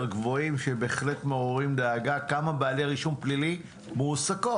גבוהים שבהחלט מעוררים דאגה כמה בעלי רישום פלילי מועסקות.